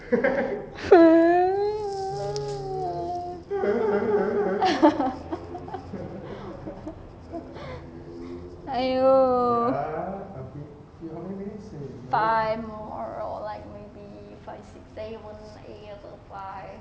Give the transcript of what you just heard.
eh !aiyo! five more or like maybe five six seven seven five